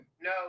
no